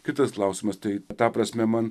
kitas klausimas tai ta prasme man